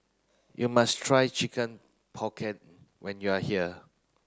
you must try chicken pocket when you are here